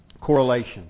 correlation